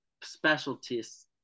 specialists